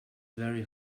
very